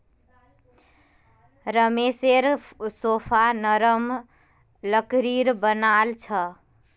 रमेशेर सोफा नरम लकड़ीर बनाल छ